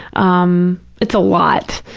um it's a lot.